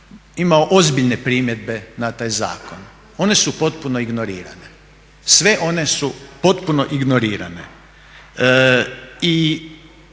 imao ozbiljne primjedbe na taj zakon. One su potpuno ignorirane, sve one su potpuno ignorirane.